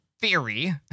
theory